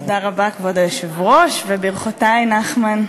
כבוד היושב-ראש, תודה רבה, וברכותי, נחמן,